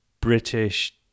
British